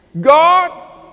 God